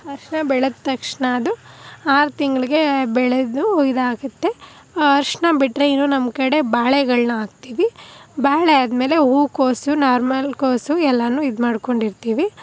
ಅರಶಿಣ ಬೆಳೆದ ತಕ್ಷಣ ಅದು ಆರು ತಿಂಗಳಿಗೆ ಬೆಳೆದು ಇದಾಗುತ್ತೆ ಆ ಅರಶಿಣ ಬಿಟ್ಟರೆ ಇನ್ನೂ ನಮ್ಮ ಕಡೆ ಬಾಳೆಗಳನ್ನ ಹಾಕ್ತೀವಿ ಬಾಳೆ ಆದ್ಮೇಲೆ ಹೂಕೋಸು ನಾರ್ಮಲ್ ಕೋಸು ಎಲ್ಲನೂ ಇದು ಮಾಡ್ಕೊಂಡಿರ್ತೀವಿ